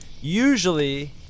Usually